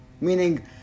meaning